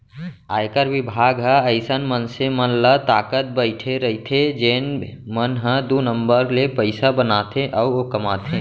आयकर बिभाग ह अइसन मनसे मन ल ताकत बइठे रइथे जेन मन ह दू नंबर ले पइसा बनाथे अउ कमाथे